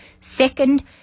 Second